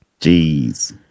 Jeez